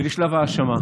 ולשלב האשמה.